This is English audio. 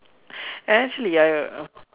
actually I